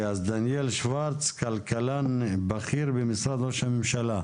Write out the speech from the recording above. דניאל שוורץ, כלכלן בכיר במשרד ראש הממשלה.